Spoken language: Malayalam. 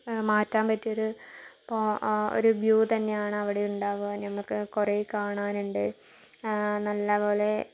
മാറ്റാൻ പറ്റിയൊരു പ ഒരു വ്യൂ തന്നെയാണ് അവിടെ ഉണ്ടാവുക ഞമ്മക്ക് കുറെ കാണാനുണ്ട് നല്ല പോലെ